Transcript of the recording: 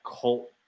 cult